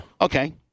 Okay